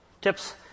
tips